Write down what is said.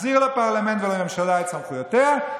נחזיר לפרלמנט ולממשלה את סמכויותיהם,